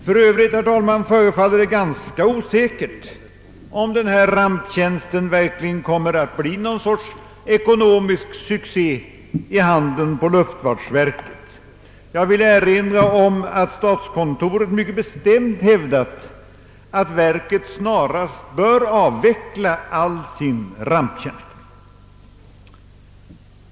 Det förefaller för övrigt ganska osäkert huruvida denna ramptjänst verkligen kommer att bli någon ekonomisk succé i handen på luftfartsverket. Jag vill erinra om att statskontoret mycket bestämt har hävdat att verket snarast bör avveckla hela sin ramptjänst.